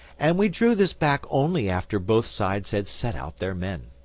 and we drew this back only after both sides had set out their men.